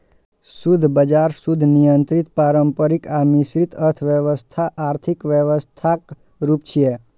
शुद्ध बाजार, शुद्ध नियंत्रित, पारंपरिक आ मिश्रित अर्थव्यवस्था आर्थिक व्यवस्थाक रूप छियै